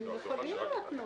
הם יכולים להתנות.